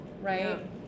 right